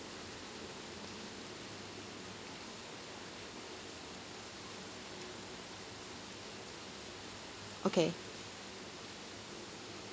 okay